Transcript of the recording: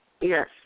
Yes